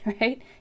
Right